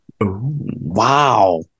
Wow